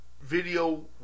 video